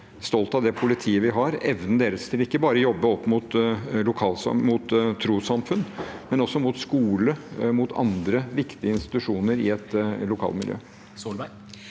stolt av det politiet vi har, evnen deres til ikke bare å jobbe opp mot trossamfunn, men også mot skoler og andre viktige institusjoner i et lokalmiljø. Erna Solberg